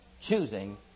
choosing